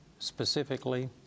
specifically